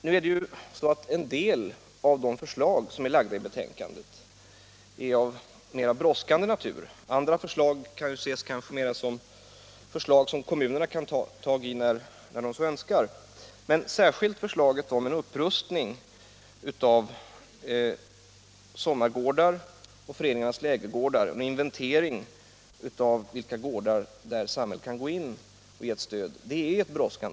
Nu är en del av de förslag som är framlagda i betänkandet av mera brådskande natur. Andra förslag kan kanske mera vara sådana att kommunerna kan ta fasta på dem när de så önskar. Men särskilt brådskar det med förslaget om en upprustning av sommargårdar och föreningarnas lägergårdar och en inventering av vilka gårdar som snabbt behöver ett stöd från samhället.